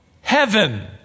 heaven